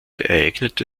ereignete